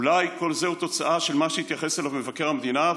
אולי כל זה הוא תוצאה של מה שהתייחס אליו מבקר המדינה,